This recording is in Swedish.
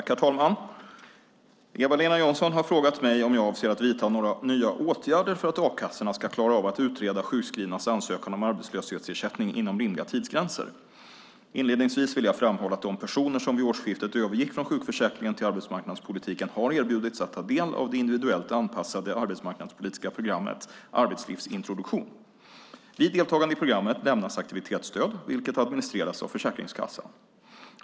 Herr talman! Eva-Lena Jansson har frågat mig om jag avser att vidta några nya åtgärder för att a-kassorna ska klara av att utreda sjukskrivnas ansökan om arbetslöshetsersättning inom rimliga tidsgränser. Inledningsvis vill jag framhålla att de personer som vid årsskiftet övergick från sjukförsäkringen till arbetsmarknadspolitiken har erbjudits att ta del av det individuellt anpassade arbetsmarknadspolitiska programmet Arbetslivsintroduktion. Vid deltagande i programmet lämnas aktivitetsstöd, vilket administreras av Försäkringskassan.